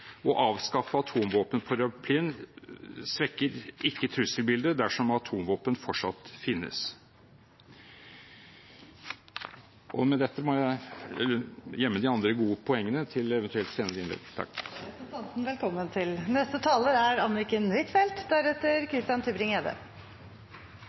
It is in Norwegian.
Å avskaffe atomvåpenparaplyen svekker ikke trusselbildet dersom atomvåpen fortsatt finnes. Med dette må jeg gjemme de andre gode poengene til et eventuelt senere innlegg. Det er representanten Tetzschner velkommen til.